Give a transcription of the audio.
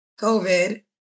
COVID